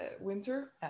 winter